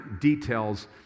details